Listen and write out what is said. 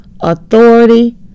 authority